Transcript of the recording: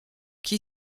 qui